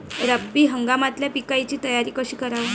रब्बी हंगामातल्या पिकाइची तयारी कशी कराव?